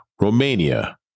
Romania